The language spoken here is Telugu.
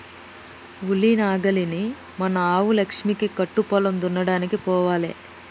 ఉలి నాగలిని మన ఆవు లక్ష్మికి కట్టు పొలం దున్నడానికి పోవాలే